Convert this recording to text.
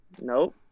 Nope